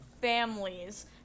families